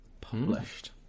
Published